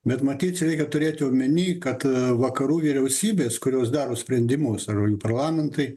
bet matyt čia reikia turėti omeny kad vakarų vyriausybės kurios daro sprendimus ar rui parlamentai